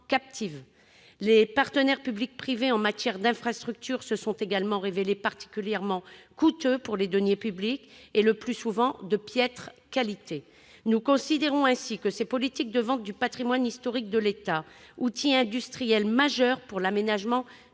Les partenariats public-privé en matière d'infrastructures se sont également révélés particulièrement coûteux pour les deniers publics et, le plus souvent, le résultat est de piètre qualité. Nous considérons que ces politiques de vente du patrimoine historique de l'État, outil industriel majeur pour l'aménagement